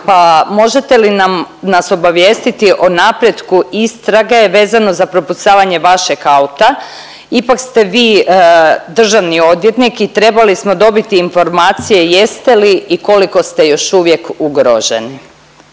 možete li nam, nas obavijestiti o napretku istrage vezano za propucavanje vašeg auta. Ipak ste vi državni odvjetnik i trebali smo dobiti informacije jeste li i koliko ste još uvijek ugroženi.